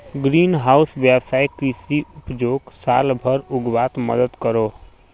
green house वैवसायिक कृषि उपजोक साल भर उग्वात मदद करोह